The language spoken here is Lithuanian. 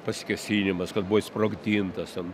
pasikėsinimas kad buvo išsprogdintas ten